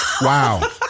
Wow